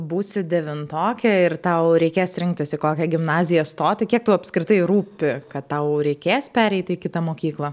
būsi devintokė ir tau reikės rinktis į kokią gimnaziją stoti kiek tau apskritai rūpi kad tau reikės pereiti į kitą mokyklą